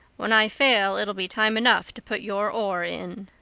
when i fail it'll be time enough to put your oar in.